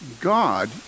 God